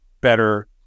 better